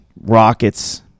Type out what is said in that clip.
Rockets